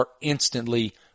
instantly